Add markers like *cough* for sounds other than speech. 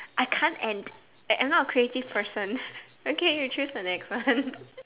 I can't and I'm I'm not a creative person okay you choose the next one *laughs*